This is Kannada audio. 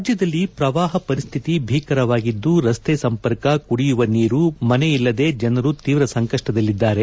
ರಾಜ್ಯದಲ್ಲಿ ಪ್ರವಾಹ ಪರಿಸ್ಥಿತಿ ಭೀಕರವಾಗಿದ್ದು ರಸ್ತೆ ಸಂಪರ್ಕ ಕುಡಿಯುವ ನೀರು ಮನೆಯಿಲ್ಲದೆ ಜನರು ತೀವ್ರ ಸಂಕಷ್ಟದಲ್ಲಿದ್ದಾರೆ